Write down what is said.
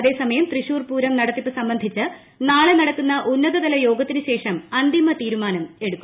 അതേസമയം തൃശ്ശൂർപൂരം നടത്തിപ്പ് സംബന്ധിച്ച് നാളെ നടക്കുന്ന ഉന്നതതല യോഗത്തിനു ശേഷം അന്തിമ തീരുമാനം എടുക്കും